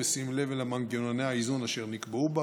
ובשים לב למנגנוני האיזון אשר נקבעו בה,